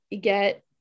get